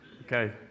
okay